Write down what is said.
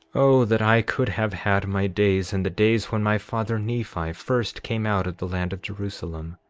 oh, that i could have had my days in the days when my father nephi first came out of the land of jerusalem,